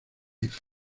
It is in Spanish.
life